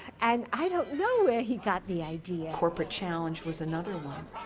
and i don't know where he got the idea. corporate challenge was another one.